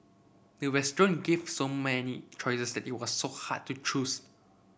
the restaurant gave so many choices that it was hard to choose